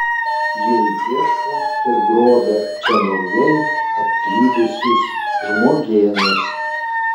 jie ieško ir grobia čia naujai atklydusius žmogėnus